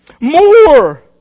More